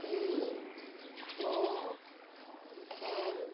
A O L